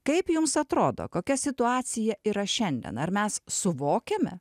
kaip jums atrodo kokia situacija yra šiandien ar mes suvokiame